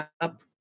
up